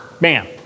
man